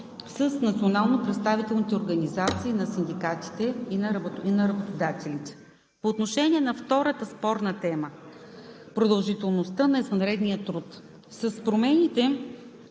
с национално представителните организации на синдикатите и на работодателите. По отношение на втората спорна тема – продължителността на извънредния труд. С промените